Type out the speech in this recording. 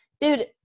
dude